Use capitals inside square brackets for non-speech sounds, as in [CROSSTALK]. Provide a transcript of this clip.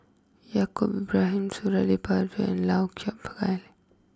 Yaacob Ibrahim Suradi Parjo and Lau Chiap [UNINTELLIGIBLE] Khai